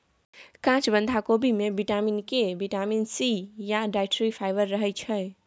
काँच बंधा कोबी मे बिटामिन के, बिटामिन सी या डाइट्री फाइबर रहय छै